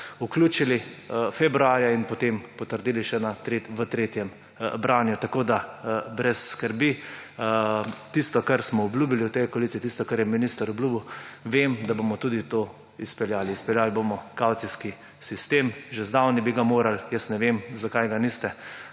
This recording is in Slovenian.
vključili februarja in potem potrdili še v tretjem branju. Tako brez skrbi. Tisto, kar smo obljubili v tej koaliciji, tisto, kar je minister obljubil, vem, da bomo tudi to izpeljali, izpeljali bomo kavcijski sistem. Že zdavnaj bi ga morali, ne vem, zakaj ga niste.